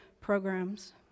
programs